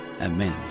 Amen